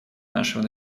нашего